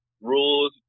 rules